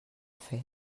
fer